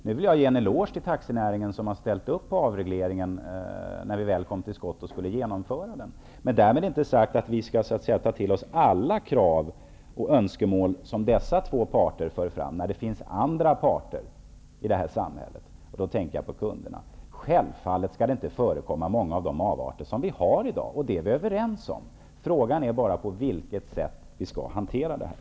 Jag vill ge en eloge till taxinäringen som ställde upp på avregleringen när den väl kom till skott och skulle genomföras. Därmed är det inte sagt att vi skall ta till oss alla krav och önskemål som dessa två parter för fram när det finns även andra parter i samhället, nämligen kunderna. Självfallet skall inte många av de avarter som finns i dag förekomma. Det är vi överens om. Frågan är bara på vilket sätt vi skall hantera detta.